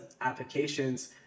applications